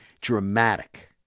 dramatic